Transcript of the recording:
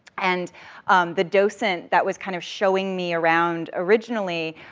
and the docent that was kind of showing me around, originally,